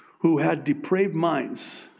who had depraved minds,